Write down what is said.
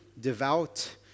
devout